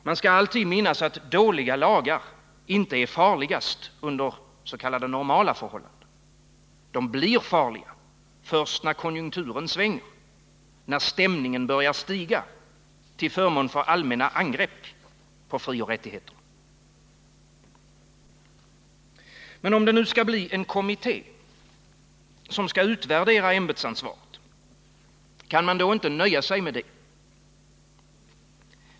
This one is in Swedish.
Man skall alltid minnas att dåliga lagar inte är farligast under s.k. normala förhållanden. De blir farliga först när konjunkturen svänger, när stämningen börjar stiga till förmån för allmänna angrepp på frioch rättigheterna. Men om det nu skall bli en kommitté, som skall utvärdera ämbetsansvaret, kan man då inte nöja sig med det?